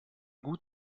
gut